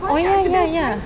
oh ya ya ya